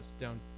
down